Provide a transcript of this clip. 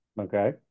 Okay